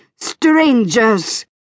Strangers